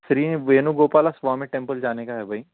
سری Venu Gopala Swamy temple جانے کا ہے بھائی